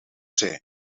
zijn